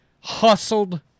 hustled